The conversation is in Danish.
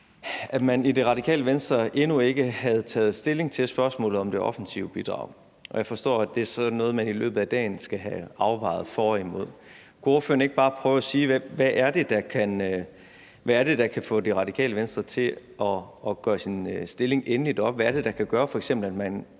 at man i Radikale Venstre endnu ikke havde taget stilling til spørgsmålet om det offensive bidrag. Jeg forstår, at det så er noget, man i løbet af dagen skal have afvejet for og imod. Kunne ordføreren ikke bare prøve at sige, hvad det er, der kan få Radikale Venstre til at gøre sin stilling endeligt op? Hvad er det, der kan gøre, at man